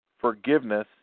forgiveness